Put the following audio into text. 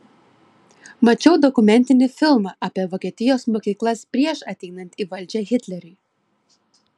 mačiau dokumentinį filmą apie vokietijos mokyklas prieš ateinant į valdžią hitleriui